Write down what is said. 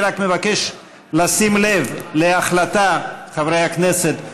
אני רק מבקש לשים לב להחלטה, חברי הכנסת,